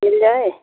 मिल जाएगी